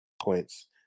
points